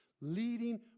leading